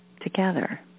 together